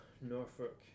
Norfolk